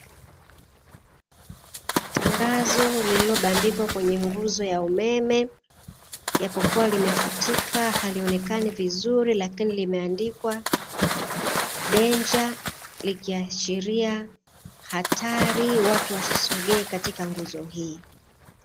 Tangazo lililobandikwa kwenye nguzo ya umeme, japokua limefutika halionekani vizuri lakini limeandikwa "DANGER" likiashiria hatari watu wasisogee katika nguzo hii.